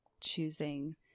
choosing